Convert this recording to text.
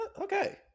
okay